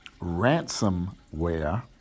ransomware